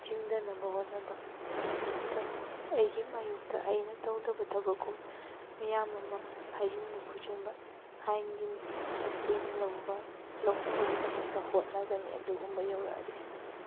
ꯆꯤꯡꯊꯅꯕ ꯍꯣꯠꯅꯕ ꯑꯩꯒꯤꯗꯃꯛ ꯑꯩꯒꯤ ꯃꯥꯏꯌꯣꯛꯇ ꯑꯩꯅ ꯇꯧꯗꯕ ꯊꯕꯛꯀꯨꯝ ꯃꯌꯥꯝ ꯑꯃ ꯍꯥꯏꯖꯤꯟꯕ ꯈꯣꯠꯆꯤꯟꯕ ꯑꯥꯏꯟꯒꯤ ꯃꯇꯦꯡ ꯂꯧꯔꯒ ꯂꯧꯅꯕꯒꯤꯗꯃꯛꯇ ꯍꯣꯠꯅꯒꯅꯤ ꯑꯗꯨꯒꯨꯝꯕ ꯌꯧꯔꯛꯂꯗꯤ